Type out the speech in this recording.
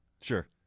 sure